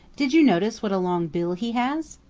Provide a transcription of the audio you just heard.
did you notice what a long bill he has?